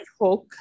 hook